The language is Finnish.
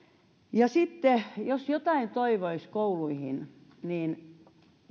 jos jotain toivoisi kouluihin niin